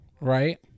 Right